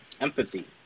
empathy